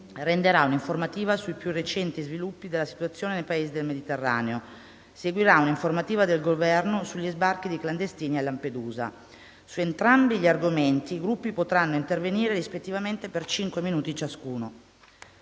renderà un'informativa sui più recenti sviluppi della situazione nei Paesi del Mediterraneo. Seguirà un'informativa del Governo sugli sbarchi di clandestini a Lampedusa. Su entrambi gli argomenti i Gruppi potranno intervenire rispettivamente per cinque minuti ciascuno.